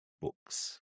books